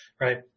right